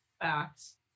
facts